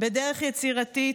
בדרך יצירתית